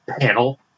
panel